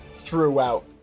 throughout